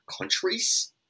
countries